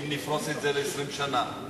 אם נפרוס את זה ל-20 שנה.